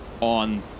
on